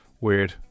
weird